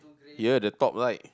here the top light